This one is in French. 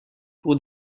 pour